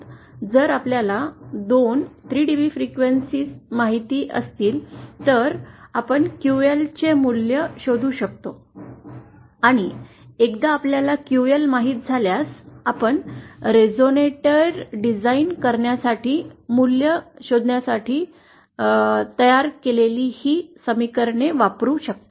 जर आपल्याला 2 3 db frequency माहित असतील तर आपण QL चे मूल्य शोधू शकतो आणि एकदा आपल्याला QL माहित झाल्यास आपण रेझोनरेटर डिझाइन करण्यासाठी मूल्ये शोधण्यासाठी तयार केलेली ही समीकरणे वापरू शकतो